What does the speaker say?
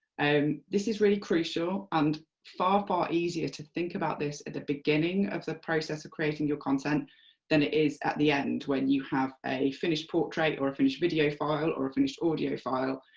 um this is really crucial, and far, far easier to think about this at the beginning of the process of creating your content than it is at the end, when you have a finished portrait or a finished video file or a finished audio file,